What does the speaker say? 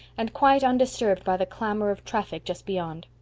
and quite undisturbed by the clamor of traffic just beyond.